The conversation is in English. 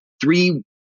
three